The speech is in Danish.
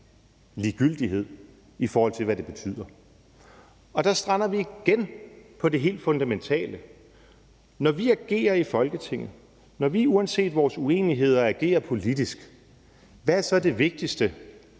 ligegyldighed over for, hvad det betyder. Der strander vi igen på det helt fundamentale: Når vi agerer i Folketinget, når vi uanset vores uenigheder agerer politisk, hvad er så det vigtigste?